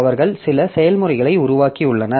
அவர்கள் சில செயல்முறைகளை உருவாக்கியுள்ளனர்